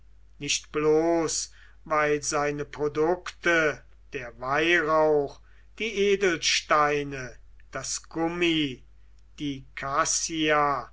nicht bloß weil seine produkte der weihrauch die edelsteine das gummi die